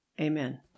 Amen